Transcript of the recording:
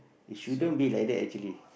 it shouldn't be like that actually